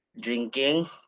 drinking